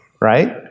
right